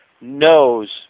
knows